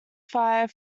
fire